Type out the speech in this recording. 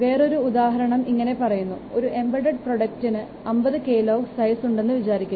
വേറൊരു ഒരു ഉദാഹരണം ഇങ്ങനെ പറയുന്നു ഒരു എംബഡ് പ്രോജക്ടിന് 50 KLOC സൈസ് ഉണ്ടെന്നു വിചാരിക്കുക